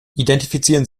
identifizieren